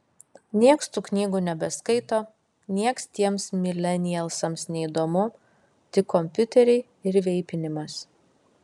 nieks tų knygų nebeskaito nieks tiems milenialsams neįdomu tik kompiuteriai ir veipinimas